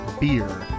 beer